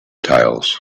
tiles